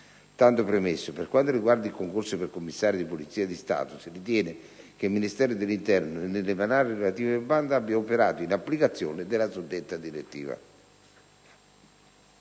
Tanto premesso, per quanto riguarda il concorso per commissari di Polizia di Stato, si ritiene che il Ministero dell'interno, nell'emanare il relativo bando, abbia operato in applicazione della suddetta direttiva.